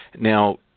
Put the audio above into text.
Now